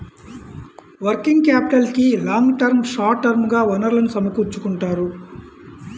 working క్యాపిటల్కి long term, short term గా వనరులను సమకూర్చుకుంటారు